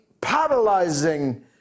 paralyzing